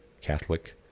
Catholic